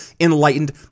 enlightened